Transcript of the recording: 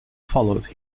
followed